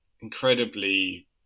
incredibly